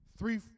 three